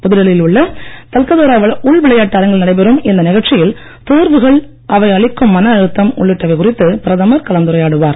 புதுடெல்லியில் உள்ள தல்கதோரா உள்விளையாட்டு அரங்கில் நடைபெறும் இந்த நிகழ்ச்சியில் தேர்வுகள் அவை அளிக்கும் மனஅழுத்தம் உள்ளிட்டவை குறித்து பிரதமர் கலந்துரையாடுவார்